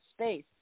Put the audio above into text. space